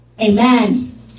Amen